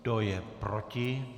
Kdo je proti?